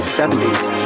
70s